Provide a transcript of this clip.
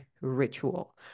ritual